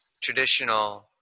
traditional